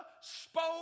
spoke